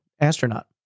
astronaut